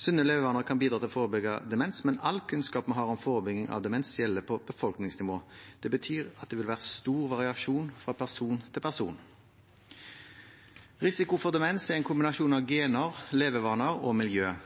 Sunne levevaner kan bidra til å forebygge demens, men all kunnskap vi har om forebygging av demens, gjelder på befolkningsnivå. Det betyr at det vil være stor variasjon fra person til person. Risiko for demens er en kombinasjon av gener, levevaner og miljø.